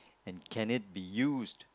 and can it be used